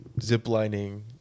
ziplining